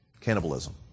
cannibalism